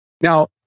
Now